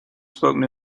spoken